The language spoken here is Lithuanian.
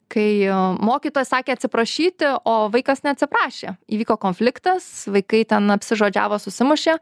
kai mokytoja sakė atsiprašyti o vaikas neatsiprašė įvyko konfliktas vaikai ten apsižodžiavo susimušė